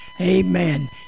amen